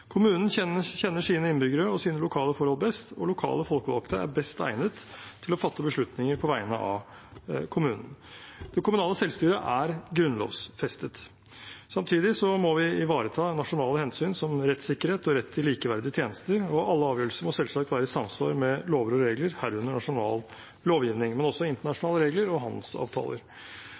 Kommunen kjenner sine innbyggere og sine lokale forhold best. Og lokale folkevalgte er best egnet til å fatte beslutninger på vegne av kommunen. Det kommunale selvstyret er grunnlovfestet. Samtidig må vi ivareta nasjonale hensyn, som rettssikkerhet og rett til likeverdige tjenester – og alle avgjørelser må selvsagt være i samsvar med lover og regler, herunder nasjonal lovgivning, men også internasjonale regler og handelsavtaler.